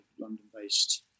London-based